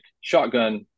shotgun